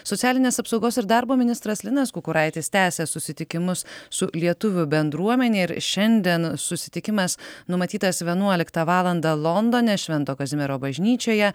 socialinės apsaugos ir darbo ministras linas kukuraitis tęsia susitikimus su lietuvių bendruomene ir šiandien susitikimas numatytas vienuoliktą valandą londone švento kazimiero bažnyčioje